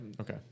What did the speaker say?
Okay